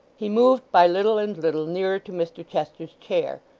he moved by little and little nearer to mr chester's chair,